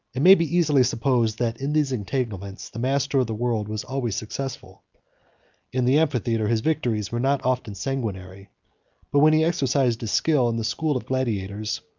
it may be easily supposed, that in these engagements the master of the world was always successful in the amphitheatre, his victories were not often sanguinary but when he exercised his skill in the school of gladiators,